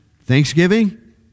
Thanksgiving